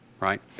right